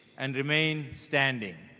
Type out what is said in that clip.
and remain standing.